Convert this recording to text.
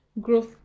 growth